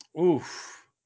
Oof